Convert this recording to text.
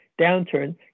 downturn